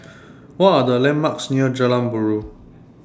What Are The landmarks near Jalan Buroh